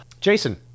Jason